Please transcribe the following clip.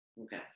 okay